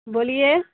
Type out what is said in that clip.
بولیے